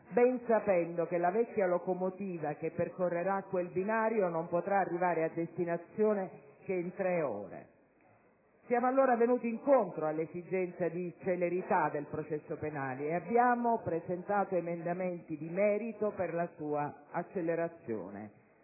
ben sapendo che la vecchia locomotiva che percorrerà quel binario non potrà arrivare a destinazione che in tre ore. Siamo allora venuti incontro alle esigenze di celerità del processo penale e abbiamo presentato emendamenti di merito per la sua accelerazione,